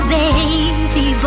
baby